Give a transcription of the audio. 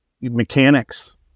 mechanics